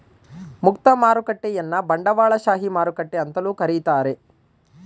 ಮುಕ್ತ ಮಾರುಕಟ್ಟೆಯನ್ನ ಬಂಡವಾಳಶಾಹಿ ಮಾರುಕಟ್ಟೆ ಅಂತಲೂ ಕರೀತಾರೆ